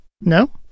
No